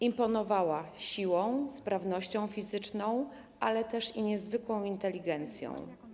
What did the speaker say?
Imponowała siłą, sprawnością fizyczną oraz niezwykłą inteligencją.